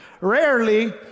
Rarely